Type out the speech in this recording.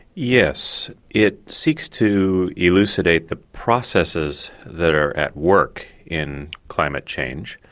yes, it seeks to elucidate the processes that are at work in climate change,